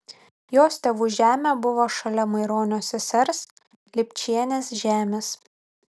jos tėvų žemė buvo šalia maironio sesers lipčienės žemės